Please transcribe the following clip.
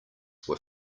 were